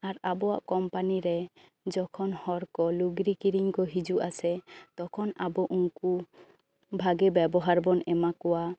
ᱟᱨ ᱟᱵᱚᱭᱟᱜ ᱠᱳᱢᱯᱟᱱᱤ ᱨᱮ ᱡᱚᱠᱷᱚᱱ ᱦᱚᱲ ᱠᱚ ᱞᱩᱜᱽᱲᱤ ᱠᱤᱨᱤᱧ ᱠᱚ ᱦᱤᱡᱩᱜ ᱟᱥᱮ ᱛᱚᱠᱷᱚᱱ ᱟᱵᱚ ᱩᱱᱠᱩ ᱵᱷᱟᱜᱮ ᱵᱮᱵᱚᱦᱟᱨ ᱵᱚᱱ ᱮᱢᱟ ᱠᱚᱣᱟ